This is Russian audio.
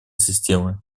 системы